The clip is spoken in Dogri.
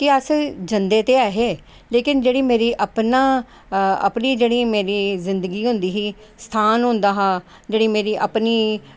ते अस जंदे ते ऐहे लेकिन जेह्ड़ियां अपनियां अपनी मेरी जेह्ड़ी जिंदगी होंदी ही स्थान होंदा हा जेह्ड़ी मेरी अपनी